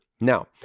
Now